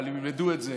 אבל הם ילמדו את זה,